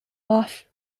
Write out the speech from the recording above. off